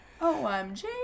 OMG